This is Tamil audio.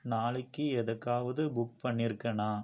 நாளைக்கு எதுக்காவது புக் பண்ணி இருக்கேனா